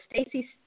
Stacey